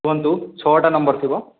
କୁହନ୍ତୁ ଛଅଟା ନମ୍ବର୍ ଥିବ